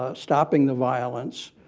ah stopping the violence,